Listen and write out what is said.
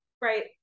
Right